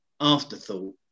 afterthought